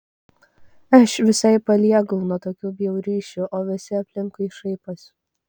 aš visai paliegau nuo tokių bjaurysčių o visi aplinkui šaiposi